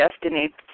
destiny